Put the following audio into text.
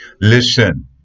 Listen